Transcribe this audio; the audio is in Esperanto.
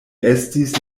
estis